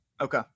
Okay